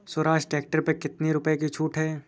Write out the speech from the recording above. Swaraj tractor पर कितनी रुपये की छूट है?